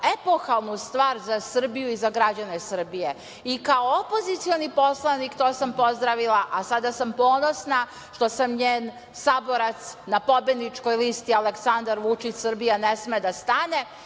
epohalnu stvar za Srbiju i za građane Srbije i kao opozicioni poslanik to sam pozdravila, a sada sam ponosna što sam njen saborac na pobedničkoj listi „Aleksandar Vučić – Srbija ne sme da stane“